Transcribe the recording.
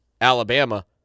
Alabama